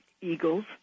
eagles